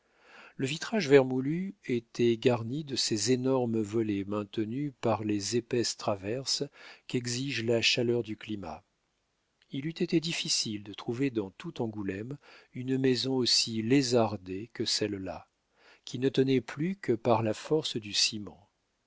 le vitrage vermoulu était garni de ces énormes volets maintenus par les épaisses traverses qu'exige la chaleur du climat il eût été difficile de trouver dans tout angoulême une maison aussi lézardée que celle-là qui ne tenait plus que par la force du ciment